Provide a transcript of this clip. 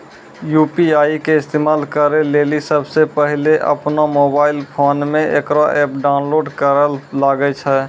UPI के इस्तेमाल करै लेली सबसे पहिलै अपनोबड़का फोनमे इकरो ऐप डाउनलोड करैल लागै छै